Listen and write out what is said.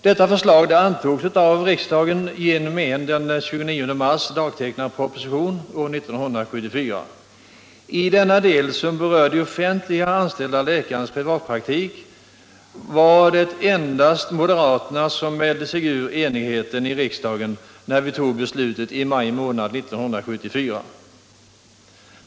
Detta förslag antogs av riksdagen efter en den 29 mars 1974 dagtecknad proposition. I denna del som berör de offentligt anställda läkarnas privatpraktik var det endast moderaterna som mälde sig ur enigheten i riksdagen när vi tog beslutet i maj månad 1974.